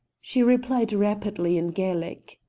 she replied rapidly in gaelic.